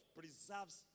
preserves